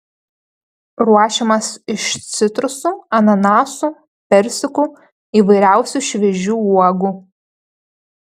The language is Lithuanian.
ruošiamas iš citrusų ananasų persikų įvairiausių šviežių uogų